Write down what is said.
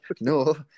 no